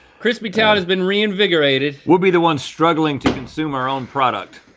crispy town has been re-invigorated. we'll be the ones struggling to consume our own product.